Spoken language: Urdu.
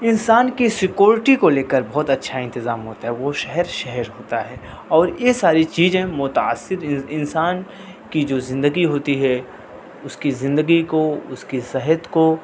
انسان کی سیکورٹی کو لے کر بہت اچھا انتظام ہوتا ہے وہ شہر شہر ہوتا ہے اور یہ ساری چیزیں متاثر انسان کی جو زندگی ہوتی ہے اس کی زندگی کو اس کی صحت کو